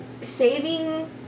saving